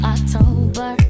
October